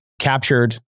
captured